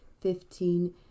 fifteen